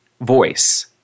voice